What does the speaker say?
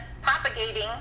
propagating